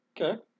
okay